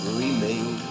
remain